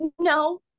No